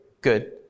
Good